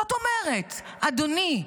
זאת אומרת, אדוני,